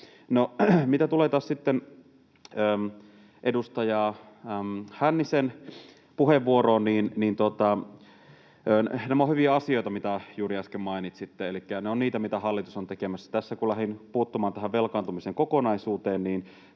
sitten edustaja Hännisen puheenvuoroon, niin nämä ovat hyviä asioita, mitä juuri äsken mainitsitte. Elikkä ne ovat niitä, mitä hallitus on tekemässä. Tässä kun lähdin puuttumaan tähän velkaantumisen kokonaisuuteen,